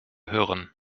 hören